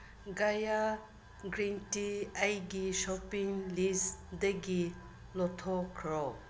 ꯒꯌꯥ green tea ꯑꯩꯒꯤ shopping ꯂꯤꯁꯇꯒꯤ ꯂꯧꯊꯣꯛꯈ꯭ꯔꯣ